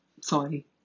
Sorry